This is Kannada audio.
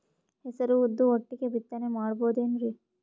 ಹೆಸರು ಉದ್ದು ಒಟ್ಟಿಗೆ ಬಿತ್ತನೆ ಮಾಡಬೋದೇನ್ರಿ?